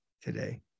today